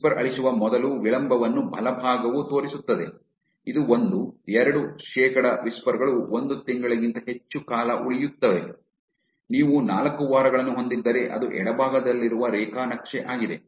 whisper ಅಳಿಸುವ ಮೊದಲು ವಿಳಂಬವನ್ನು ಬಲಭಾಗವು ತೋರಿಸುತ್ತದೆ ಇದು ಒಂದು ಎರಡು ಶೇಕಡಾ ವಿಸ್ಪರ್ ಗಳು ಒಂದು ತಿಂಗಳಿಗಿಂತ ಹೆಚ್ಚು ಕಾಲ ಉಳಿಯುತ್ತದೆ ನೀವು ನಾಲ್ಕು ವಾರಗಳನ್ನು ಹೊಂದಿದ್ದರೆ ಅದು ಎಡಭಾಗದಲ್ಲಿರುವ ರೇಖಾ ನಕ್ಷೆ ಆಗಿದೆ